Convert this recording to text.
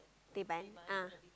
Teban ah